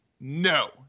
no